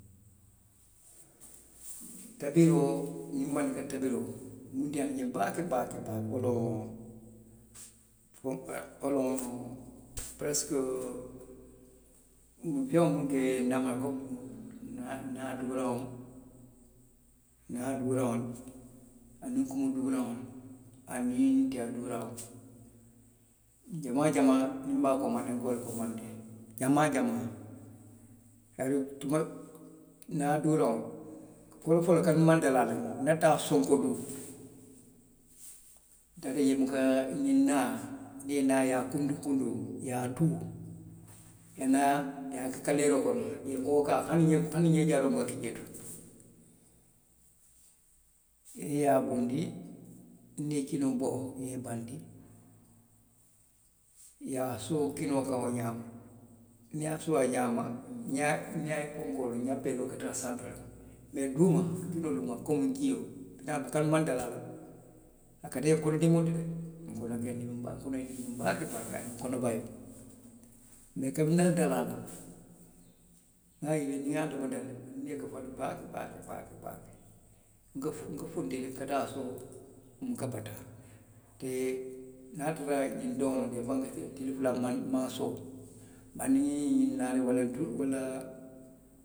Tabiroo, ňiŋ mandinka tabiroo. muŋ diiyaata nňe baake baake. baake, wo loŋ, fenkoo, wo loŋ, peresikoo, duu feŋo komi naa duuraŋo, naa duuraŋolu, aniŋ kumu duuraŋolu. aniŋ tiya duuraŋolu. Jamaa jamaa niŋ nbe a komandee la nka wo le komandee. jamaa jaamaa, se, tuma, naa, naa duuraŋo, foloo foloo kabiriŋ nmaŋ dali a la, nna taa sonkoduu. taata jee nka ňiŋ, ňiŋ naa, ňiŋ naa i ye a kuntuŋ kuntuŋ. i ye a tu. i ye naa, i ye a ke kaleeroo kono. i ye koo ke a kaŋ, hani ňee jaaroo buka ki jee to. Niŋ i ye a bondi. niŋ i ye kinoo bo i ye i bandii, i ye a soo kinoo kaŋ wo ňaama. niŋ i ye a soo wo ňaama, ňappe miŋ ka tara santo; mee duuma. kinoo duuma komi jio nbuka a domo kaatu nmaŋ dali a la. A ka ke nňe kono dimoo le ti de. nkonoo ka ndimiŋ baake, nkonoo ye ndimiŋ baake baake aniŋ konobayoo. Mee kabiriŋ nnaata dali a la, nŋa ňiŋ je niŋ nŋa domo teŋ de, nnio ka fanu baake baake baake baake. Nka, funti le ka taa soo nmuka bataa. te niŋ a ye a tara ňiŋ doo loŋ wo maŋ beteyaa, tili fula nmaŋ nmaŋ soo bari niŋ i ye ňiŋ naa, walla tuloo.